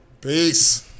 Peace